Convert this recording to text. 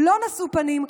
לא 'נשאו פנים',